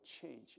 change